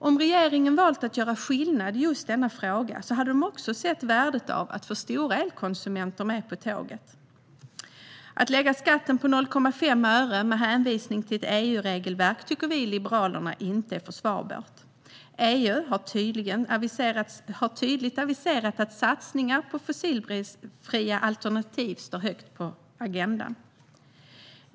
Om regeringen hade valt att göra skillnad i just denna fråga hade man också sett värdet av att få med stora elkonsumenter på tåget. Att lägga skatten på 0,5 öre, med hänvisning till ett EU-regelverk, tycker vi i Liberalerna inte är försvarbart. EU har tydligt aviserat att satsningar på fossilfria alternativ står högt på agendan.